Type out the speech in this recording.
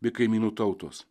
bei kaimynų tautos